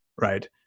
right